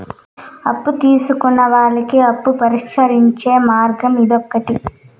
అప్పు తీసుకున్న వాళ్ళకి అప్పు పరిష్కరించే మార్గం ఇదొకటి